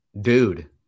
dude